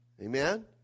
Amen